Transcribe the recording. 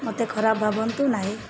ମୋତେ ଖରାପ ଭାବନ୍ତୁ ନାହିଁ